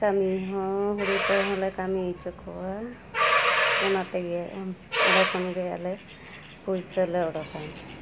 ᱠᱟᱹᱢᱤ ᱦᱚᱸ ᱦᱩᱲᱩ ᱛᱮᱦᱚᱸ ᱞᱮ ᱠᱟᱢᱤ ᱪᱚ ᱠᱚᱣᱟ ᱚᱱᱟᱛᱮᱜᱮ ᱚᱸᱰᱮᱠᱷᱚᱱᱜᱮ ᱟᱞᱮ ᱯᱩᱭᱥᱟᱹᱞᱮ ᱚᱰᱚᱠᱟ